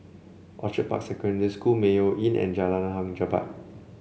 Orchid Park Secondary School Mayo Inn and Jalan Hang Jebat